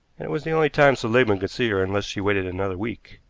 and it was the only time seligmann could see her unless she waited another week.